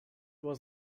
was